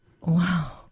wow